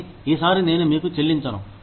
కానీ ఈ సారి నేను మీకు చెల్లించను